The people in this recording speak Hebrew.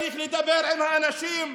צריך לדבר עם האנשים.